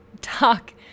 talk